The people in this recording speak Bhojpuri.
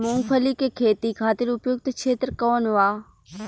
मूँगफली के खेती खातिर उपयुक्त क्षेत्र कौन वा?